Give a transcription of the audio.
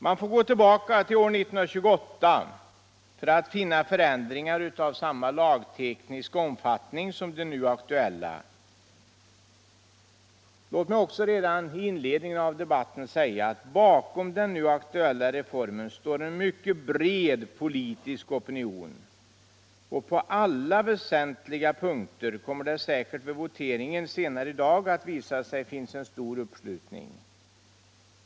Man får gå tillbaka till år 1928 för att finna förändringar av samma lagtekniska omfattning som de nu aktuella. Låt mig också redan i inledningen av debatten säga att bakom den nu aktuella reformen står en mycket bred politisk opinion, och på alla väsentliga punkter kommer det säkert vid voteringen senare i dag att visa sig finnas en stor uppslutning.